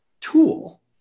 tool